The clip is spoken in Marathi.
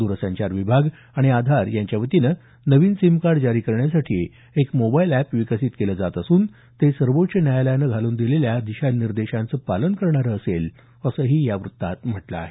दरसंचार विभाग आणि आधार यांच्या वतीनं नवीन सिम कार्ड जारी करण्यासाठी एक मोबाईल एप विकसित केलं जात असून ते सर्वोच्च न्यायालयानं घालून दिलेल्या दिशानिर्देशांचं पालन करणारं असेल असंही या वृत्तात म्हटलं आहे